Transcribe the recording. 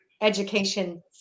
Education